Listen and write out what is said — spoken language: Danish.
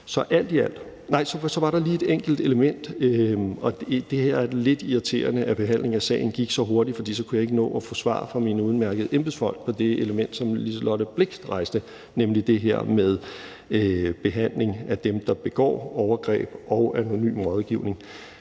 her type overgreb. Så var der lige et enkelt element mere. Det er lidt irriterende, at behandlingen af sagen gik så hurtigt, for så kunne jeg ikke nå at få svar fra mine udmærkede embedsfolk i forhold til det element, som fru Liselott Blixt rejste, nemlig det her med behandling af dem, der begår overgreb, og den anonyme rådgivning.